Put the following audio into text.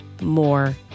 more